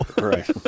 Right